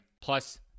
Plus